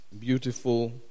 beautiful